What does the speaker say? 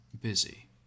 busy